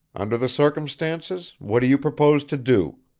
under the circumstances what do you propose to do?